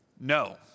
No